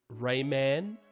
Rayman